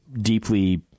deeply